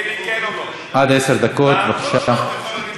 עד עשר דקות, בבקשה.